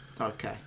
Okay